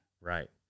right